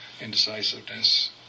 indecisiveness